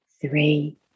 three